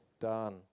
done